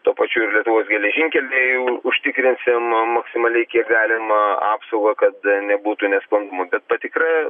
tuo pačiu ir lietuvos geležinkeliai užtikrinsim maksimaliai kiek galimą apsaugą kad nebūtų nesklandumų bet patikra